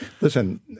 Listen